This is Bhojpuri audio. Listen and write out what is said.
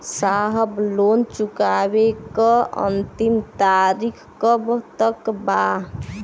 साहब लोन चुकावे क अंतिम तारीख कब तक बा?